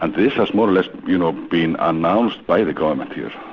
and this has more or less you know been announced by the government here,